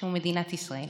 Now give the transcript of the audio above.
שהוא מדינת ישראל?